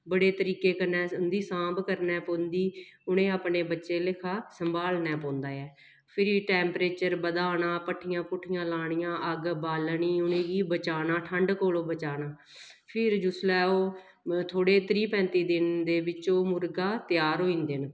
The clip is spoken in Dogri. बड़े तरीके कन्नै उं'दी सांभ करनी पौंदी उ'नेंगी अपने बच्चें आह्ला लेखा संभालना पौंदा ऐ फिरी टैंपरेचर बधाना भट्ठियां भुट्ठियां लानियां अग्ग बालनी उ'नेंगी बचाना ठंड कोलू बचाना फिर जिसलै ओह् थोह्ड़े त्रीह् पैंती दिन दे बिच्च ओह् मुर्गा त्यार होई जंदे न